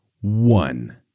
One